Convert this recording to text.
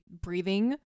breathing